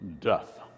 Death